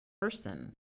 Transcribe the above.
person